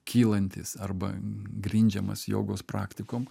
kylantis arba grindžiamas jogos praktikom